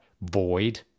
void